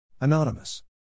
Anonymous